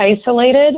isolated